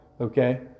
Okay